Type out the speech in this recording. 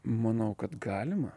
manau kad galima